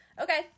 Okay